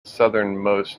southernmost